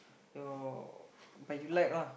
your but you like lah